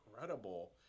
incredible